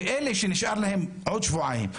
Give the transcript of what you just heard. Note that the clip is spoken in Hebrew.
אלה שנשאר להם עוד שבועיים,